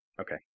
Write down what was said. Okay